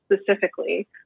specifically